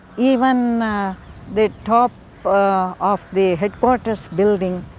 even the the top ah of the headquarters building,